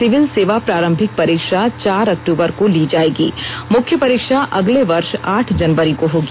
civil सेवा प्रारंभिक परीक्षा चार अक्टूबर को ली जायेगी मुख्य परीक्षा अगले वर्ष आठ जनवरी को होगी